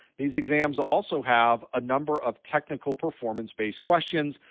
these exams also have a number of technical performance-based questions.